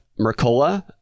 Mercola